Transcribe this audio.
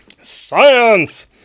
science